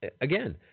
again